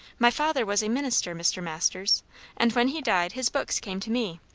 my father was a minister, mr. masters and when he died his books came to me.